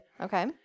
okay